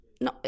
no